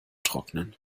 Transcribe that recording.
trocknen